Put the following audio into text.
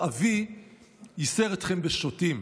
"אבי יסר אתכם בשוטים,